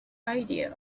idea